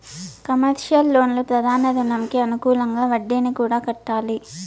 commercial లోన్లు ప్రధాన రుణంకి అనుకూలంగా వడ్డీని కూడా కట్టాలి